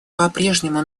попрежнему